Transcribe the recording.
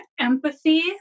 empathy